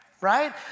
right